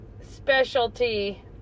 specialty